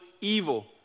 evil